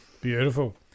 Beautiful